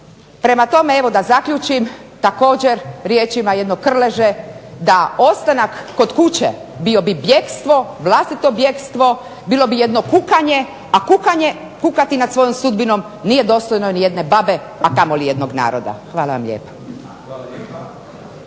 Prema tome, evo da zaključim također riječima jednog Krleže da ostanak kod kuće bio bi vlastito bjekstvo, bilo bi jedno kukanje, a kukati nad svojom sudbinom nije dostojno ni jedne babe, a kamoli jednog naroda. Hvala vam lijepa.